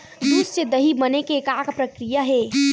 दूध से दही बने के का प्रक्रिया हे?